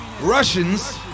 russians